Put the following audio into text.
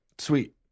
Sweet